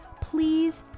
please